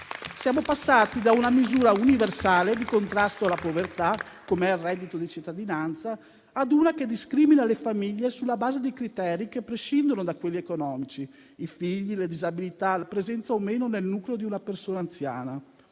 Siamo passati da una misura universale di contrasto alla povertà, come il reddito di cittadinanza, ad una che discrimina le famiglie sulla base di criteri che prescindono da quelli economici: i figli, le disabilità, la presenza o no nel nucleo di una persona anziana.